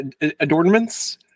adornments